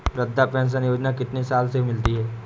वृद्धा पेंशन योजना कितनी साल से मिलती है?